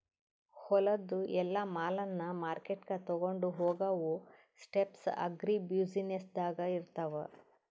ಹೊಲದು ಎಲ್ಲಾ ಮಾಲನ್ನ ಮಾರ್ಕೆಟ್ಗ್ ತೊಗೊಂಡು ಹೋಗಾವು ಸ್ಟೆಪ್ಸ್ ಅಗ್ರಿ ಬ್ಯುಸಿನೆಸ್ದಾಗ್ ಇರ್ತಾವ